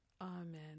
Amen